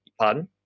pardon